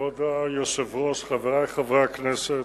כבוד היושב-ראש, חברי חברי הכנסת,